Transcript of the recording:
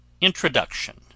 Introduction